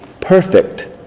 perfect